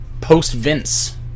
post-Vince